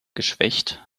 geschwächt